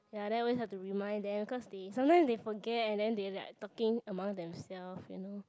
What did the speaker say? ya then always have to remind them because they sometimes they forget and then they're like talking among themselves you know